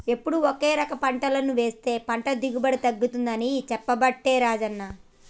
ఎప్పుడు ఒకే రకం పంటలు వేస్తె పంట దిగుబడి తగ్గింది అని చెప్పబట్టే రాజన్న